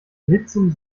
mitsummen